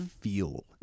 feel